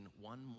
one